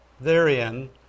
therein